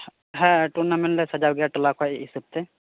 ᱦᱮᱸ ᱴᱩᱨᱱᱟᱢᱮᱱᱴ ᱞᱮ ᱥᱟᱡᱟᱣ ᱜᱮᱭᱟ ᱴᱚᱞᱟ ᱠᱷᱚᱡ ᱥᱮ ᱦᱤᱥᱟᱹᱵ ᱛᱮ